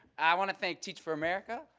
i want to thank teach for america.